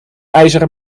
ijzer